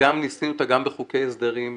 ניסינו אותה גם בחוקי הסדרים שונים.